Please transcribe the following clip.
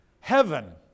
heaven